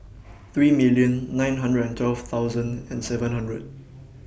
three million nine hundred and twelve thousand and seven hundred